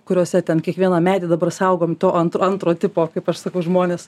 kuriuose ten kiekvieną medį dabar saugom to antro antro tipo kaip aš sakau žmonės